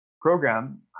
program